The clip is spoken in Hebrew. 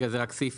(אישור בדבר כשירות אווירית לכלי טיס של מדינה זרה),